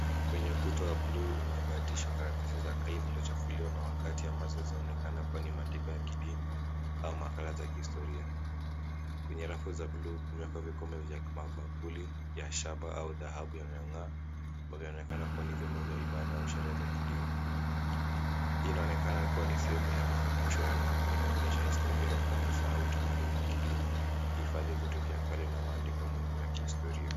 Kwenye ukuta wa bluu umevalishwa karatasi za bluu zilizochafuliwa na wakati ambazo zinaonekana kua ni maandiko ya kidini au makala za kihistoria kwenye rafu za bluu kunako vikombe vya mabakuli ya shaba au dhahabu yanayongaa yanaonekana kua ni vyombo vya ibada au sherehe za kidini hii inaonekana kua ni sehemu ya makumbusho yanaonyesha historia ya kanisa au utamaduni wa kidini ikihifadhi vitu vya kale na maandiko muhimu ya kihistoria.